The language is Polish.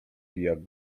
pijak